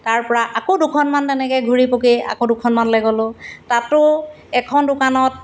তাৰপৰা আকৌ দুখনমান তেনেকৈ ঘূৰি পকি আকৌ দুখনমানলৈ গ'লোঁ তাতো এখন দোকানত